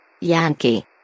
Yankee